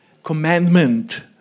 commandment